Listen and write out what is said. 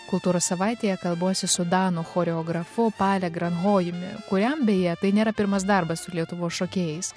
kultūros savaitėje kalbuosi su danų choreografu pale granhojumi kuriam beje tai nėra pirmas darbas su lietuvos šokėjais